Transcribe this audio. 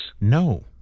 No